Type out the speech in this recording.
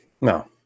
no